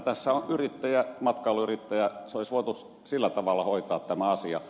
tässä on matkailuyrittäjä olisi voitu sillä tavalla hoitaa tämä asia